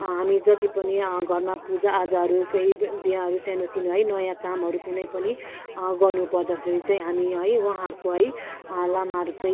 हामी जति पनि घरमा पूजा आजाहरू केही बिहाहरू सानो तिनो है नयाँ कामहरू कुनै पनि गर्नु पर्दाखेरि चाहिँ हामी है उहाँहरूको है लामाहरूकै